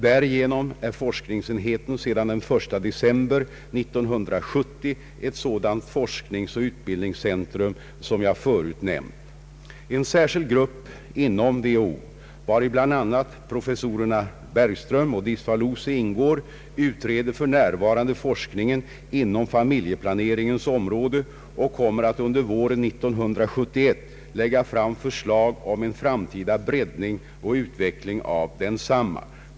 Därigenom är forskningsenheten sedan den 1 december 1970 ett sådant forskningsoch utbildningscentrum som jag förut nämnt. En särskild grupp inom WHO, vari bl.a. professorerna Bergström och Diczfalusy ingår, utreder för närvarande forskningen inom familjeplaneringens område och kommer att under våren 1971 lägga fram förslag om en framtida breddning och utveckling av densamma.